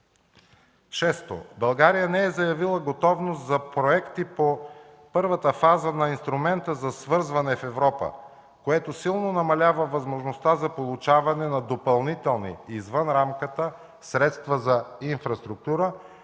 България не е заявила готовност за проекти по първата фаза на инструмента за свързване в Европа, което силно намалява възможността за получаване на допълнителни извън рамката средства за инфраструктура,